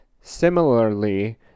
Similarly